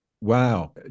Wow